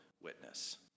witness